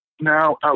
now